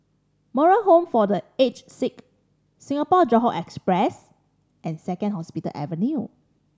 Moral Home for The Aged Sick Singapore Johore Express and Second Hospital Avenue